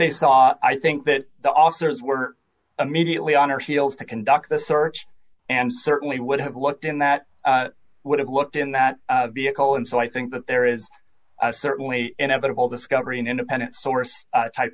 they saw i think that the officers were immediately on her heels to conduct the search and certainly would have walked in that would have looked in that vehicle and so i think that there is certainly an inevitable discovery an independent source type